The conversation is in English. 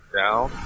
down